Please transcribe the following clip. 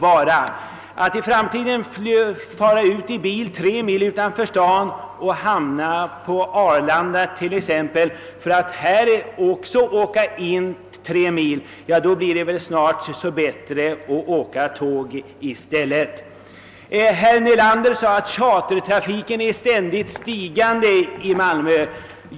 Om man i framtiden måste åka bil till en flygplats 3 mil utanför staden och sedan flyga till Arlanda för att därifrån återigen få åka 3 mil till t.ex. Stockholm, kanske det i framtiden går fortare att åka tåg i stället för flyg. Herr Nelander sade att chartertrafiken befinner sig i ständigt stigande i Malmö.